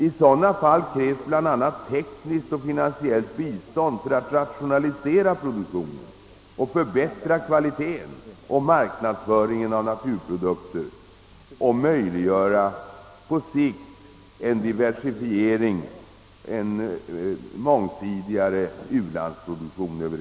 I sådana fall krävs bl.a. tekniskt och finansiellt bistånd för att rationalisera produktionen och förbättra kvaliteten och marknadsföringen av naturprodukter samt möjliggöra — på sikt — en diversifiering av u-ländernas produktion.